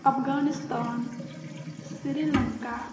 Afghanistan Sri Lanka